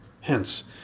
Hence